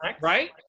right